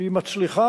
שהיא מצליחה,